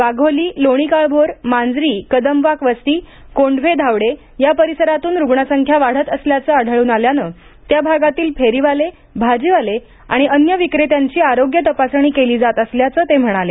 वाघोली लोणी काळभोर मांजरी कदमवाक वस्ती कोंढवे धावडे या परिसरातून रुग्णसंख्या वाढत असल्याचं आढळ्न आल्यानं त्या भागातील फेरीवाले भाजीवाले आणि अन्य विक्रेत्यांची आरोग्य तपासणी केली जात असल्याचं ते म्हणाले